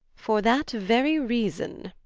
for that very reason.